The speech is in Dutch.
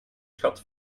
schat